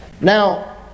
Now